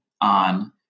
on